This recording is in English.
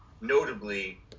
Notably